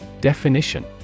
Definition